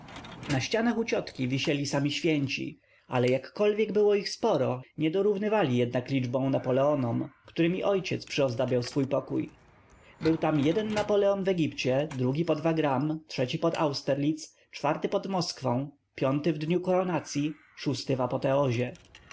na ścianach u ciotki wisieli sami święci ale jakkolwiek było ich sporo nie dorównali jednak liczbą napoleonom którymi ojciec przyozdabiał swój pokój był tam jeden napoleon w egipcie drugi pod wagram trzeci pod austerlitz czwarty pod moskwą piąty w dniu koronacyi szósty w apoteozie gdy zaś